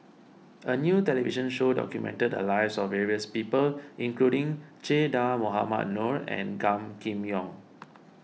a new television show documented the lives of various people including Che Dah Mohamed Noor and Gan Kim Yong